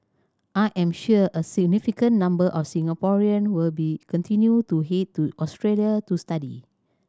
I am sure a significant number of Singaporean will be continue to head to Australia to study